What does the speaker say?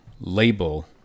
label